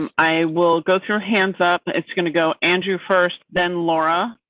i will go through hands up. it's going to go andrew. first, then laura.